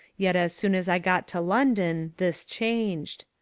yet as soon as i got to london this changed.